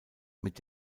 mit